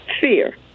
fear